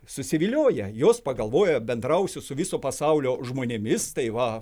susiviliojia jos pagalvojo bendrausiu su viso pasaulio žmonėmis tai va